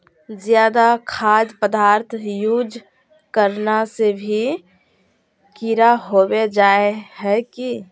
ज्यादा खाद पदार्थ यूज करना से भी कीड़ा होबे जाए है की?